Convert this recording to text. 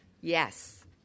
yes